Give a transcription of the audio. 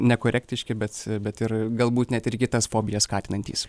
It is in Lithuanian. nekorektiški bet bet ir galbūt net ir kitas fobijas skatinantys